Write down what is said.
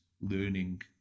learning